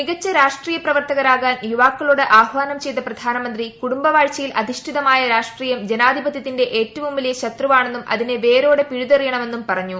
മികച്ച രാഷ്ട്രീയ പ്രവർത്തകരാകാൻ ്യൂപ്പാക്കളോട് ആഹ്വാനം ചെയ്ത പ്രധാനമന്ത്രി കുടുംബവാഴ്ച്ചയിൽ അധിഷ്ഠിതമായ രാഷ്ട്രീയം ജനാധിപത്യത്തിന്റെ ഏറ്റ്ഷുക് ്വലിയ ശത്രുവാണെന്നും അതിനെ വേരോടെ പിഴുതെറിയങ്ങ്ക്മെന്നും പറഞ്ഞു